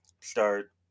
start